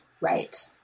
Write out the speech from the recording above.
Right